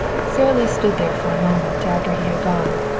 sara lee stood there for a moment after he had gone.